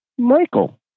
Michael